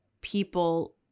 people